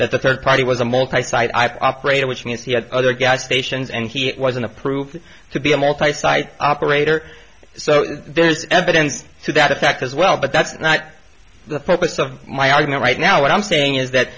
that the third party was a multi site i've operated which means he had other gas stations and he wasn't approved to be a multi site operator so there's evidence to that effect as well but that's not the focus of my argument right now what i'm saying is that